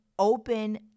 open